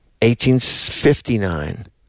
1859